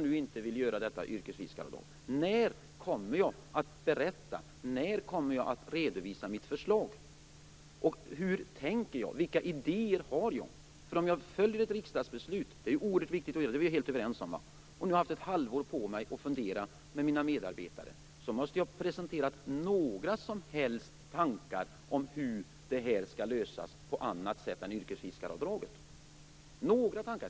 När kommer jag som statsråd att berätta och redovisa mitt förslag? Hur tänker jag som statsråd och vilka idéer har jag? Om man följer ett riksdagsbeslut - det är det oerhört viktigt att göra, det kan vi vara helt överens om - och har ett halvår på sig att fundera och diskutera med medarbetarna, måste man kunna presentera några som helst tankar om hur frågan skall lösas på annat sätt än genom yrkesfiskaravdraget. Men några sådana